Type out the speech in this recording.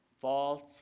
false